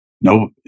no